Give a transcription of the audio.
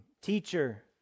teacher